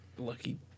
lucky